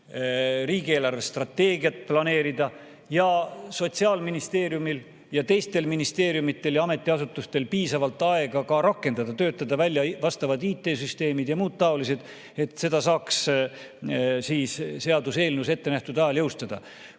riigi eelarvestrateegiat planeerida ja Sotsiaalministeeriumil ja teistel ministeeriumidel ja ametiasutustel oleks piisavalt aega rakendada, töötada välja vastavad IT-süsteemid ja muu taoline, et seda saaks siis seaduseelnõus ettenähtud ajal jõustuda.